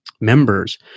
members